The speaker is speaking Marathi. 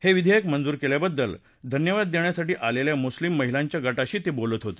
हे विधेयक मंजूर केल्याबद्दल धन्यवाद देण्यासाठी आलेल्या मुस्लीम महिलांच्या गटाशी ते बोलत होते